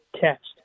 text